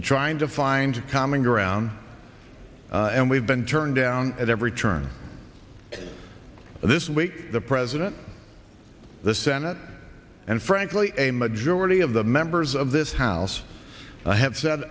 of trying to find common ground and we've been turned down at every turn this week the president the senate and frankly a majority of the members of this house and i have said